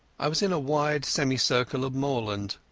i was in a wide semicircle of moorland,